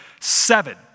seven